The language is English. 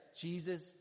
Jesus